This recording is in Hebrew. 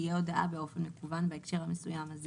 תהיה הודעה באופן מקוון בהקשר המסוים הזה